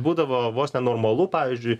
būdavo vos ne normalu pavyzdžiui